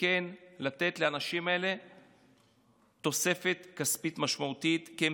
וכן לתת לאנשים האלה תוספת כספית משמעותית, כי הם